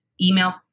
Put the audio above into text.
email